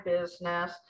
business